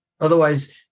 Otherwise